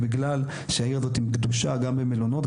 גם במלונות,